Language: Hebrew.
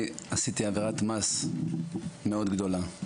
עשיתי עבירת מס מאוד גדולה.